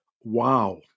Wow